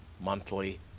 monthly